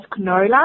canola